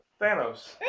Thanos